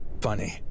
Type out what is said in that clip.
funny